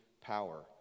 power